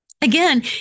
Again